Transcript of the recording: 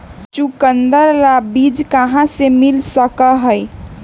चुकंदर ला बीज कहाँ से मिल सका हई?